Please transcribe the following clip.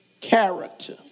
character